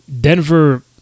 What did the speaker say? Denver